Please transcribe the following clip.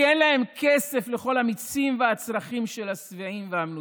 כי אין להם כסף לכל המיצים והצרכים של השבעים והמנותקים,